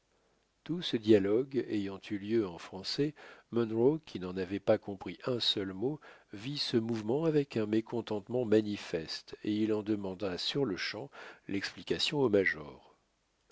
tout ce dialogue ayant eu lieu en français munro qui n'en avait pas compris un seul mot vit ce mouvement avec un mécontentement manifeste et il en demanda sur-le-champ l'explication au major